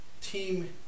team